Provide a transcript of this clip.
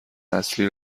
نسلی